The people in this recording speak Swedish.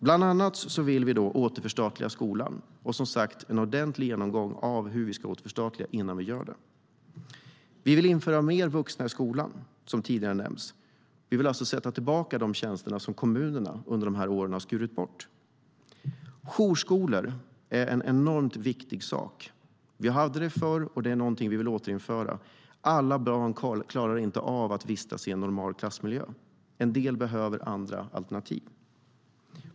Bland annat vill vi återförstatliga skolan och ha en ordentlig genomgång av hur vi ska återförstatliga innan vi gör det. Vi vill införa fler vuxna i skolan, som tidigare nämnts. Vi vill alltså återinföra de tjänster som kommunerna har skurit bort under dessa år. Jourskolor är en enormt viktig sak. Vi hade det förr, och det är någonting vi vill återinföra. Alla barn klarar inte av att vistas i en normal klassmiljö. En del behöver andra alternativ.